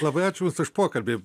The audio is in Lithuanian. labai ačiū jums už pokalbį